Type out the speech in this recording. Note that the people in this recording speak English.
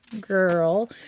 girl